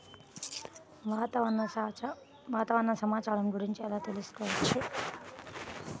వాతావరణ సమాచారము గురించి ఎలా తెలుకుసుకోవచ్చు?